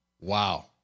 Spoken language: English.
wow